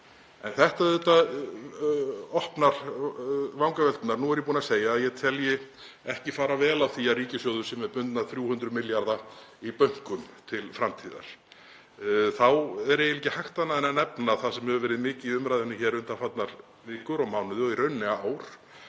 auðvitað vangaveltur. Nú er ég búinn að segja að ég telji ekki fara vel á því að ríkissjóður sé með bundna 300 milljarða í bönkum til framtíðar. Þá er eiginlega ekki hægt annað en að nefna það sem hefur verið mikið í umræðunni hér undanfarnar vikur og mánuði og í rauninni ár,